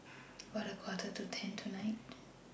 about A Quarter to ten tonight